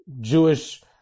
Jewish